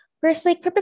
Firstly